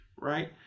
right